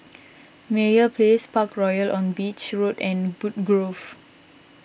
Meyer Place Parkroyal on Beach Road and Woodgrove